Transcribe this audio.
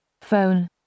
Phone